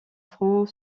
front